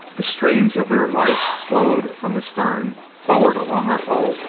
the streams of their light glowed from the stern, forward along our hull,